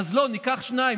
אז לא, ניקח שניים.